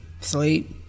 Sleep